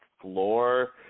floor